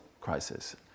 crisis